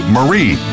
Marie